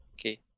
Okay